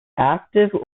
active